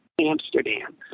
Amsterdam